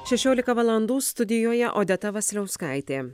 šešiolika valandų studijoje odeta vasiliauskaitė